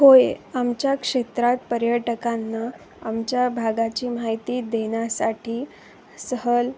होय आमच्या क्षेत्रात पर्यटकांना आमच्या भागाची माहिती देण्यासाठी सहल